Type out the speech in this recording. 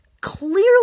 clearly